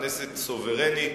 הכנסת סוברנית,